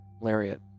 Lariat